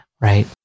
Right